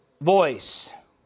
voice